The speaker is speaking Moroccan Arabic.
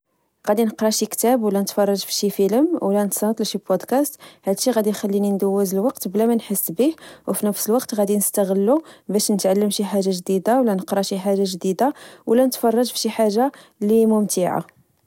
قد نقرا شي كتاب ولا نتفرج في شي فيلم، ولا نتصنت لشي بودكاست، هادشي غادي يخليني ندوز الوقت بلا مانحس بيه، وفي نفس الوقت غادي نستغلو باش نتعلم شي حاجة جديدة، ولا نقرا شي حاجة جديدة، ولا نتفرج فشي حاجة لي ممتعة